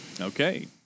Okay